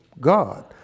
God